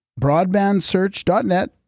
Broadbandsearch.net